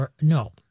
No